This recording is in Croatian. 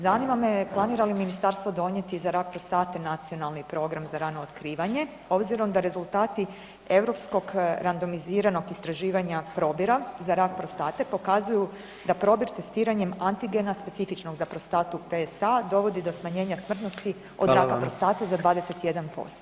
Zanima me planira li ministarstvo donijeti za rak prostate nacionalni program za rano otkrivanje obzirom da rezultati europskog randomiziranog istraživanja probira za rak prostate pokazuju da probir testiranjem antigena, specifičnog za prostatu PSA dovodi do smanjenja smrtnosti [[Upadica: Hvala vam]] od raka prostate za 21%